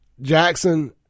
Jackson